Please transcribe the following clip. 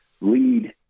lead